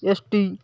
S T